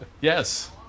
Yes